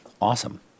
Awesome